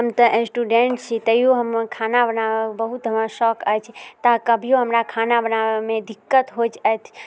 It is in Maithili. हम तऽ स्टूडेंट छी तैयो हम खाना बनाबैके बहुत हमरा शौक अछि तऽ कभियो हमरा खाना बनाबेमे दिक्कत होइत अछि